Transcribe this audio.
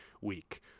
week